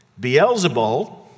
Beelzebul